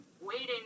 waiting